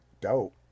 dope